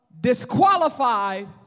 disqualified